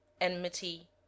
enmity